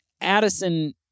Addison